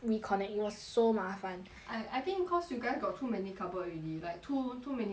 so 麻烦 I I think cause you guys got too many cupboard already like too too many different layers